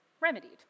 remedied